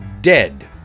dead